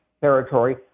territory